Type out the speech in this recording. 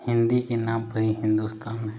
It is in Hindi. हिंदी की हिंदुस्तान में